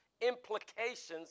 implications